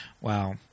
Wow